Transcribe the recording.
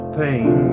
pain